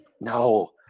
No